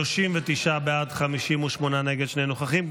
39 בעד, 58 נגד, שני נוכחים.